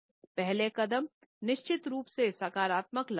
पहले कदम निश्चित रूप सेनकारात्मक लक्षण है